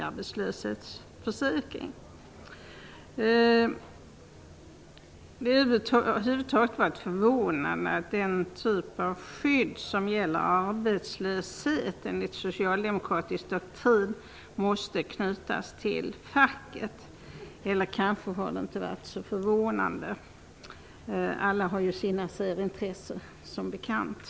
Det är över huvud taget förvånande att den typ av skydd som gäller arbetslöshet enligt socialdemokratiskt statut måste knytas till facket - eller det är kanske inte så förvånande. Alla har ju sina särintressen, som bekant.